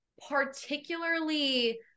particularly